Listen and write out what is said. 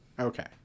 Okay